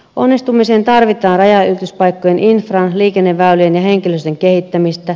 onnistumiseen tarvitaan rajanylityspaikkojen infran liikenneväylien ja henkilöstön kehittämistä